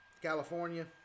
California